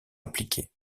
appliqué